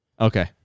Okay